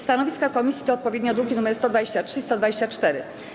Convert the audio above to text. Stanowiska komisji to odpowiednio druki nr 123 i 124.